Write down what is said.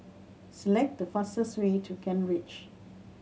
select the fastest way to Kent Ridge